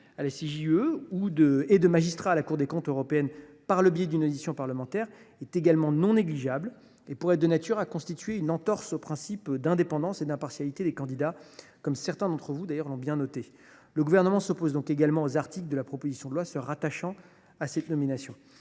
à la CJUE et de magistrats à la Cour des comptes européenne par le biais d’une audition parlementaire n’est pas non plus négligeable. Une politisation pourrait d’ailleurs constituer une entorse au principe d’indépendance et d’impartialité des candidats, comme certains d’entre vous l’ont bien noté. Le Gouvernement s’oppose donc également aux articles de la proposition de loi se rattachant à ces nominations.